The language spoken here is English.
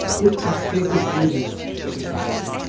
it's our sacred duty to society.